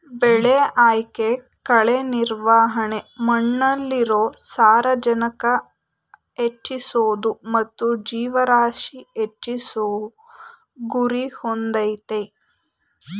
ಬೆಳೆ ಆಯ್ಕೆ ಕಳೆ ನಿರ್ವಹಣೆ ಮಣ್ಣಲ್ಲಿರೊ ಸಾರಜನಕ ಹೆಚ್ಚಿಸೋದು ಮತ್ತು ಜೀವರಾಶಿ ಹೆಚ್ಚಿಸೋ ಗುರಿ ಹೊಂದಯ್ತೆ